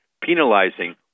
penalizing